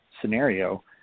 scenario